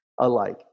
Alike